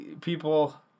people